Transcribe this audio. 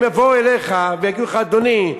הם יבואו אליך ויגידו לך: אדוני,